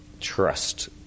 trust